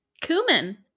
cumin